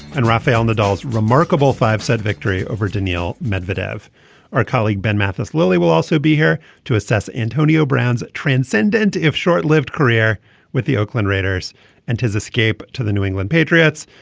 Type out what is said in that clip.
and rafael nadal is remarkable five said victory over danielle medvedev our colleague ben mathis lilly will also be here to assess antonio brown's transcendent if short lived career with the oakland raiders and his escape to the new england patriots.